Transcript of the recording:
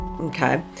okay